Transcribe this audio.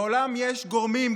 בעולם יש גורמים,